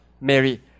Mary